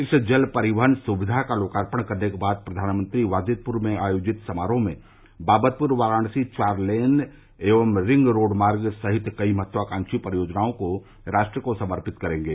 इस जल परिवहन सुविधा का लोकार्पण करने के बाद प्रधानमंत्री वाजिदपुर में आयोजित समारोह में बाबतपुर वाराणसी चार लेन एवं रिंग रोड मार्ग सहित कई महत्वाकांडी परियोजनाओं को राष्ट्र को समर्पित करेंगे